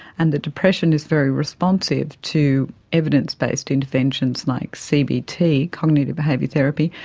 and the depression is very responsive to evidence-based interventions like cbt, cognitive behavioural therapy,